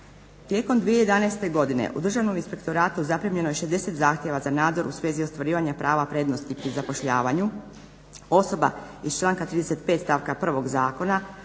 Tijekom 2011.godine u Državnom inspektoratu zapremljeno je 60 zahtjeva za nadzor u svezi ostvarivanja prava prednosti pri zapošljavanju. Osoba iz članka 35.stavka 1. Zakona